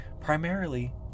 primarily